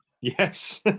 Yes